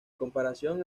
comparación